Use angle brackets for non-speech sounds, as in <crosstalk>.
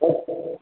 <unintelligible>